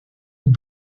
une